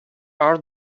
are